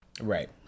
Right